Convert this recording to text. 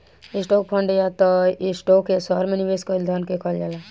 stock fund या त stock या शहर में निवेश कईल धन के कहल जाला